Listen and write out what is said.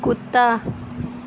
कुत्ता